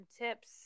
tips